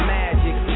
magic